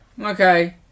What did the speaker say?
okay